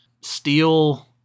Steel